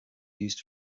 used